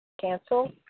cancel